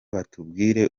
batubwire